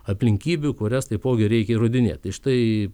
aplinkybių kurias taipogi reikia įrodinėti tai štai